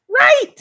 Right